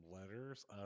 letters